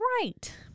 right